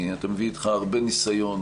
אתה מביא אתך הרבה ניסיון,